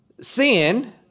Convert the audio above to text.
Sin